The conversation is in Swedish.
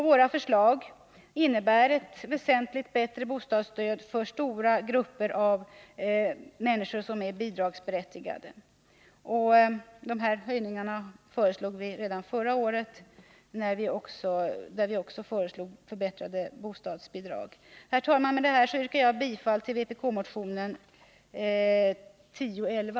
Våra förslag innebär ett väsentligt bättre bostadsstöd för stora grupper bidragsberättigade. Dessa höjningar föreslog vi redan förra året i vår motion om förbättrade bostadsbidrag. Herr talman! Med detta yrkar jag bifall till vpk-motionen 1011.